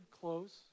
close